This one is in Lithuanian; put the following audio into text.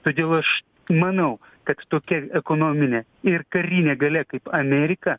todėl aš manau kad tokia ekonominė ir karinė galia kaip amerika